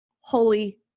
holy